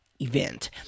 event